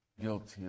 guilty